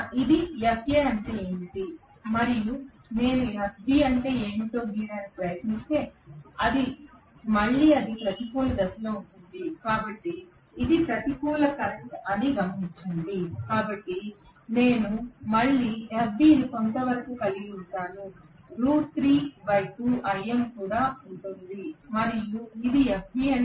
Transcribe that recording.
ఇది FA అంటే ఏమిటి మరియు నేను FB అంటే ఏమిటో గీయడానికి ప్రయత్నిస్తే మళ్ళీ అది ప్రతికూల దిశలో ఉంటుంది దయచేసి ఇది ప్రతికూల కరెంట్ అని గమనించండి కాబట్టి నేను మళ్ళీ FB ను కొంతవరకు కలిగి ఉంటాను కూడా ఉంటుంది మరియు ఇది FB అంటే